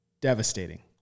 devastating